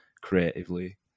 creatively